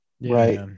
right